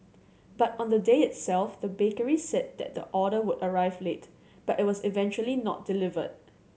but on the day itself the bakery said that the order would arrive late but it was eventually not delivered